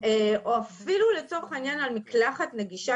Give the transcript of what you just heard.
או אפילו לצורך העניין על מקלחת נגישה